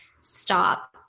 stop